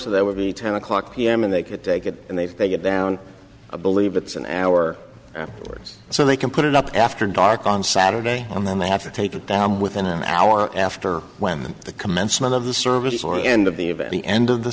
so there would be ten o'clock pm and they could take it and they get down a believe it's an hour afterwards so they can put it up after dark on saturday and then they have to take it down within an hour after when the commencement of the service or the end of the of at the end of the